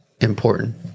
important